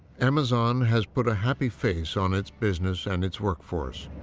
amazon has put a happy face on its business and its workforce.